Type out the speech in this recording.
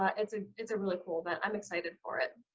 ah it's a, it's a really cool event. i'm excited for it.